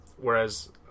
whereas